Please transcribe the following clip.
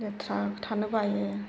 लेथ्रा थानो बायो